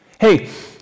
Hey